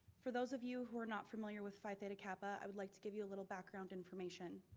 for those of you who are not familiar with phi theta kappa, i would like to give you a little background information.